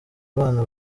bana